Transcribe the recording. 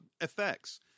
Effects